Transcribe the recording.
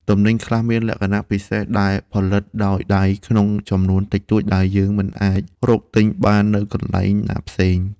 ទំនិញខ្លះមានលក្ខណៈពិសេសដែលផលិតដោយដៃក្នុងចំនួនតិចតួចដែលយើងមិនអាចរកទិញបាននៅកន្លែងណាផ្សេង។